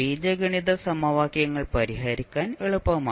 ബീജഗണിത സമവാക്യങ്ങൾ പരിഹരിക്കാൻ എളുപ്പമാണ്